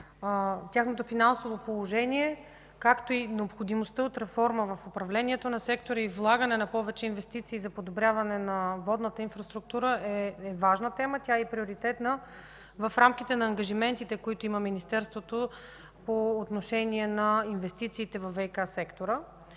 тяхното финансово положение, както и необходимостта от реформа в управлението на сектора и влагане на повече инвестиции за подобряване на водната инфраструктура, е важна тема. Тя е приоритетна в рамките на ангажиментите, които има Министерството по отношение на инвестициите във ВиК сектора.